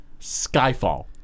Skyfall